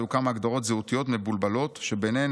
היו כמה הגדרות זהותיות מבולבלות שביניהן